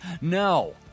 No